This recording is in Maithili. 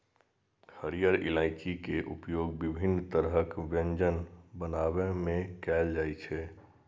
हरियर इलायची के उपयोग विभिन्न तरहक व्यंजन बनाबै मे कैल जाइ छै